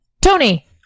Tony